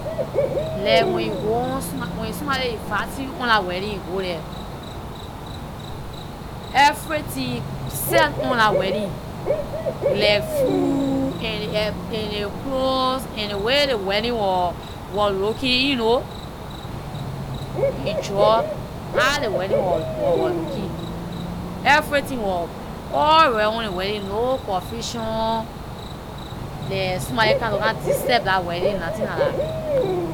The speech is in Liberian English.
Like when you go on somebody when somebody invite you on their wedding you go there, everything set on that wedding. Like food, and ley clothes and ley way the wedding wor looking ehn you know. You enjoy how the wedding wor looking, everything was alright on the wedding; no confusion, like somebody come to come disturb dah wedding, nothing like that.